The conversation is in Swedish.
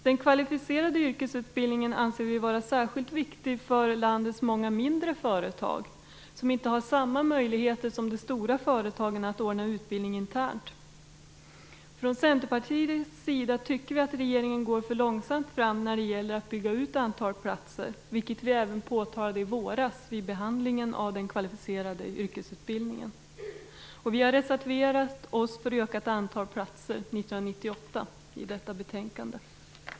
Den kvalificerade yrkesutbildningen anser vi vara särskilt viktig för landets många mindre företag, som inte har samma möjligheter som de stora företagen att ordna utbildning internt. Från Centerpartiets sida tycker vi att regeringen går för långsamt fram när det gäller att bygga ut antalet platser, vilket vi även påtalade i våras vid behandlingen av den kvalificerade yrkesutbildningen. Vi har reserverat oss till detta betänkande för ökat antal platser Herr talman!